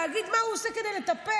להגיד מה הוא עושה כדי לטפל,